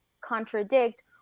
contradict